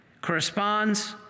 corresponds